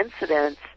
incidents